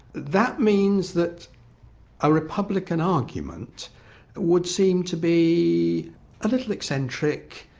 that means that a republican argument would seem to be a little eccentric,